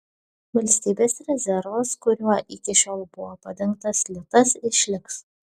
valstybės rezervas kuriuo iki šiol buvo padengtas litas išliks